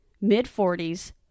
mid-40s